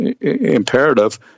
imperative